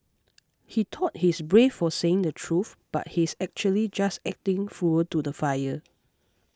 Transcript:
he thought he's brave for saying the truth but he's actually just acting fuel to the fire